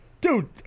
Dude